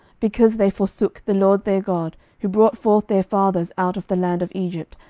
because they forsook the lord their god, who brought forth their fathers out of the land of egypt,